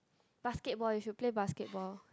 basketball we should play basketball